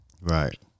Right